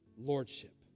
lordship